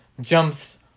jumps